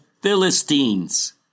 Philistines